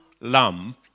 lamb